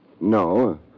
No